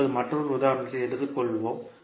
இப்போது மற்றொரு உதாரணத்தை எடுத்துக் கொள்வோம்